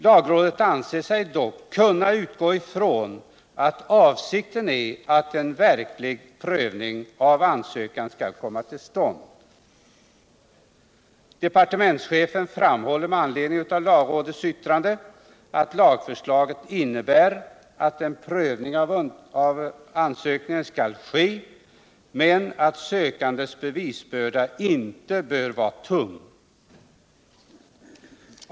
Lagrådet anser sig dock kunna utgå ifrån att avsikten är att en verklig prövning av ansökan skall komma till stånd. Departementschefen framhåller med anledning av lagrådets yttrande att lagförslaget innebär att en prövning av ansökningen skall ske men att sökandens bevisbörda inte bör vara tung.